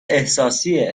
احساسی